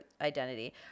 identity